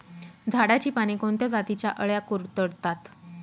झाडाची पाने कोणत्या जातीच्या अळ्या कुरडतात?